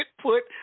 put